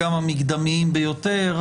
גם המקדמיים ביותר.